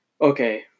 Okay